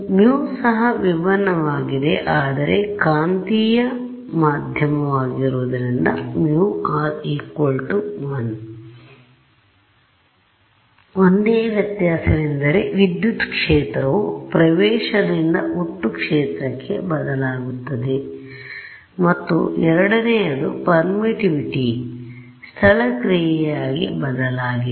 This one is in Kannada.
μ ಸಹ ವಿಬಿನ್ನವಾಗಿದೆ ಆದರೆ ಕಾಂತೀಯ ಮಾಧ್ಯಮವಾಗಿರುವುದರಿಂದ μr 1 ಆದ್ದರಿಂದ ಒಂದೇ ವ್ಯತ್ಯಾಸವೆಂದರೆ ವಿದ್ಯುತ್ ಕ್ಷೇತ್ರವು ಪ್ರವೇಶದಿಂದ ಒಟ್ಟು ಕ್ಷೇತ್ರಕ್ಕೆ ಬದಲಾಗುತ್ತದೆ ಮತ್ತು ಎರಡನೆಯದು ಪರ್ಮಿಟಿವಿಟಿ ಸ್ಥಳ ಕ್ರಿಯೆಯಾಗಿ ಬದಲಾಗಿದೆ